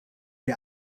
der